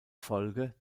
folge